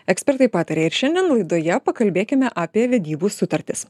ekspertai pataria ir šiandien laidoje pakalbėkime apie vedybų sutartis